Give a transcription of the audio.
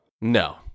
No